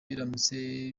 biramutse